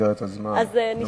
אז נשארה לי עוד דקה?